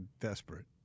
desperate